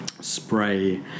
spray